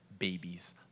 babies